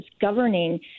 governing